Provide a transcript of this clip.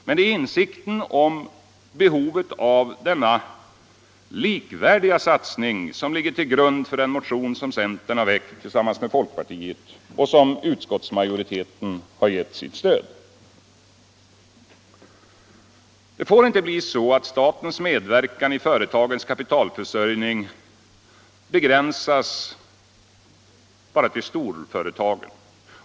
Det är insikten om behovet av denna likvärdiga satsning som ligger till grund för den motion som centern har väckt tillsammans med folkpartiet och som utskottsmajoriteten har gett sitt stöd. Det får inte bli så att statens medverkan i företagens kapitalförsörjning begränsas till storföretagen.